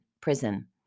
prison